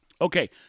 Okay